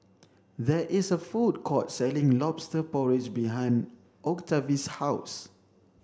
there is a food court selling lobster porridge behind Octavie's house